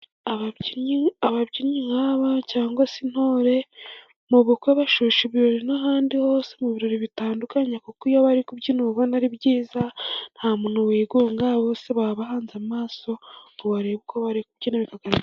Ababyinnyi nk'aba cyangwa se intore, mu bukwe bashusha ibirori n'ahandi hose mu birori bitandukanye, kuko iyo bari kubyina ubona ari byiza, nta muntu wigunga bose baba bahanze amaso ngo barebe uko bari kubyina.